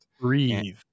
Breathe